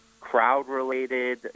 crowd-related